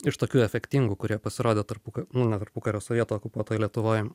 iš tokių efektingų kurie pasirodė tarpu nu ne tarpukariu o sovietų okupuotoj lietuvoj